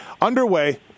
Underway